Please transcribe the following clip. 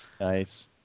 Nice